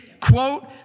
quote